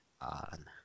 on